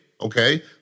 okay